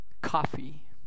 Coffee